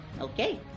Okay